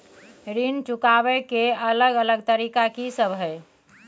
ऋण चुकाबय के अलग अलग तरीका की सब हय?